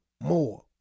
more